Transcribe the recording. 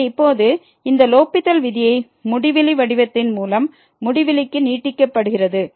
எனவே இப்போது இந்த லோப்பித்தல் விதியை முடிவிலி வடிவத்தின் மூலம் முடிவிலிக்கு நீட்டிக்கப்படுகிறது